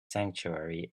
sanctuary